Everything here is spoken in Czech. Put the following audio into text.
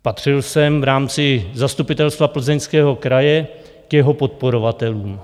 Patřil jsem v rámci Zastupitelstva Plzeňského kraje k jeho podporovatelům.